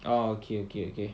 oh okay okay okay